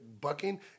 bucking